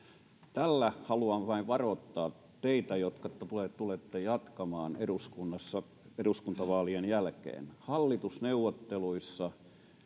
tällä haluan vain varoittaa teitä jotka tulette jatkamaan eduskunnassa eduskuntavaalien jälkeen hallitusneuvotteluissa